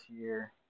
year